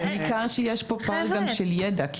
ניכר שיש פה פער גם של ידע,